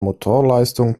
motorleistung